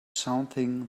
something